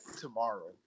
tomorrow